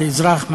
לאזרח,